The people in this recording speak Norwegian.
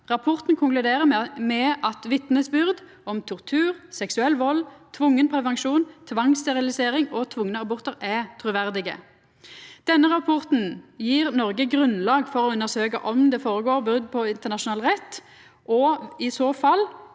Rapporten konkluderer med at vitnesbyrda om tortur, seksuell vald, tvungen prevensjon, tvangssterilisering og tvungne abortar er truverdige. Denne rapporten gjev Noreg grunnlag for å undersøkja om det føregår brot på internasjonal rett, og – i så fall